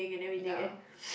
ya